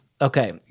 Okay